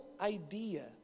idea